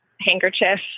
handkerchief